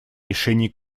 решений